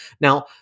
Now